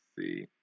see